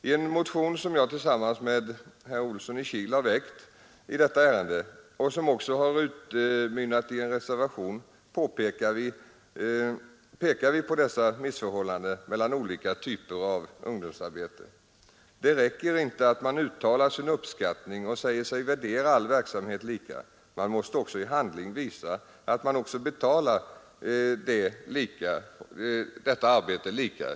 I en motion som jag tillsammans med herr Olsson i Kil har väckt i detta ärende och som också har utmynnat i reservation pekar vi på dessa missförhållanden mellan olika typer av ungdomsarbete. Det räcker inte med att man uttalar sin uppskattning och säger sig värdera all verksamhet lika, man måste också från statsmakternas sida i handling visa att man betalar detta arbete lika.